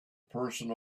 person